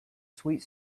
sweet